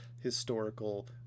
historical